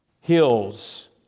hills